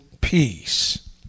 Peace